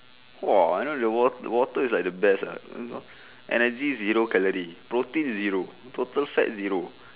!wah! I know the wa~ wa~ water is like the best ah you know energy zero calorie protein zero total fat zero